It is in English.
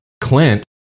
Clint